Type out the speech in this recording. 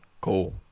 go